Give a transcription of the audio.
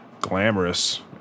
glamorous